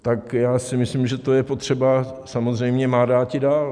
Tak já si myslím, že to je potřeba samozřejmě Má dáti Dal.